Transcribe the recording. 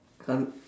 some